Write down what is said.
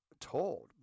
told